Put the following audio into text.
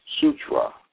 Sutra